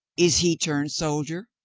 is he turned soldier?